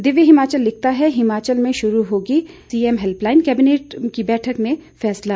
दिव्य हिमाचल लिखता है हिमाचल में शुरू होगी सीएम हेल्यलाइन कैबिनेट की बैठक में फैसला